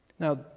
Now